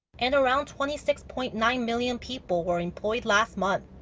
and around twenty six point nine million people were employed last month.